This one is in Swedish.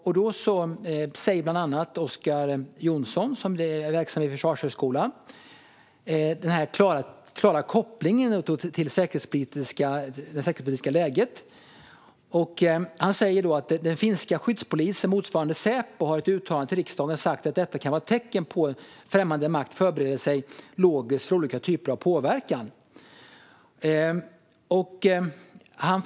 Och bland annat Oscar Jonsson, verksam vid Försvarshögskolan, gör den klara kopplingen till det säkerhetspolitiska läget. Han säger: "Den finska Skyddspolisen har i ett utlåtande till riksdagen sagt att detta kan vara tecken på att främmande makt förbereder sig logistiskt för olika typer av påverkan."